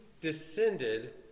descended